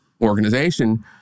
organization